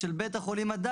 החולים?